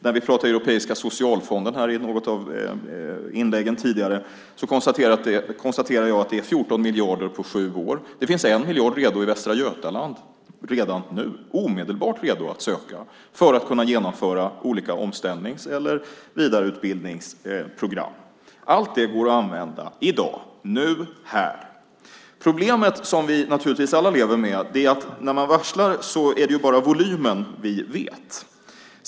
När vi pratade om Europeiska socialfonden i något av de tidigare inläggen konstaterade jag att det är fråga om 14 miljarder på sju år. Det finns 1 miljard omedelbart redo att söka i Västra Götaland för att genomföra olika omställnings eller vidareutbildningsprogram. Allt det går att använda i dag - nu, här. Problemet som vi alla lever med är att när det sker varsel känner vi bara till volymen.